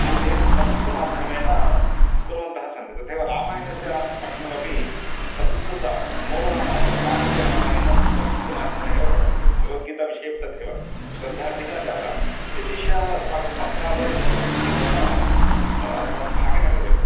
अध्ययनं संस्कृतमाध्यमेन कुर्वन्तः सन्ति तथेव रामायणस्य पठनमपि संस्कृते मूलरामायणं वाल्मीकिरामायणं संस्कृतमाध्यमेनैव पठन्ति सं भगवद्गीता विषयेपि तथैव श्रद्धा अधिका जाता विशिष्य अस्माकं पत्रालये संस्कृतशिक्षणद्वारा अस्माकं भाग्यनगरे